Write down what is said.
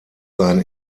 sein